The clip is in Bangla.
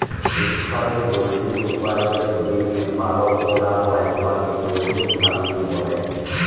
ইকসাথে পলটিরি উপার্জলের জ্যনহে পালল ক্যরা হ্যয় উয়াকে পলটিরি ফার্মিং ব্যলে